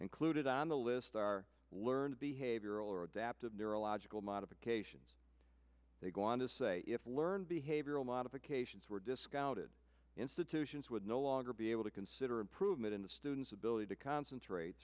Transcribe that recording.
included on the list are learned behavioral or adaptive neurological modifications they go on to say if learned behavioral modifications were discounted institutions would no longer be able to consider improvement in the student's ability to concentrate